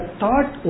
thought